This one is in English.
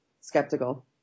skeptical